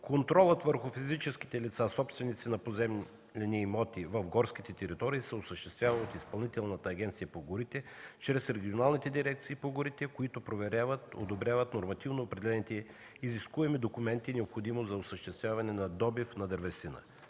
Контролът върху физическите лица – собственици на поземлени имоти в горските територии, се осъществява от Изпълнителна агенция по горите чрез регионалните дирекции по горите, които проверяват и одобряват нормативно определените изискуеми документи, необходими за осъществяване на добив на дървесина.